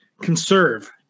conserve